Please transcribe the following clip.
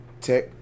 Tech